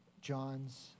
John's